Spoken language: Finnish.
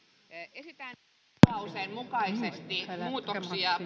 esitän vastalauseen mukaisesti muutoksia